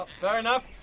fair enough!